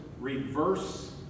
reverse